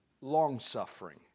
long-suffering